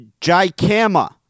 jicama